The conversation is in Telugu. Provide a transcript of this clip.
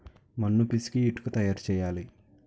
మన్ను పిసికి ఇటుక తయారు చేయాలి